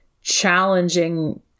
challenging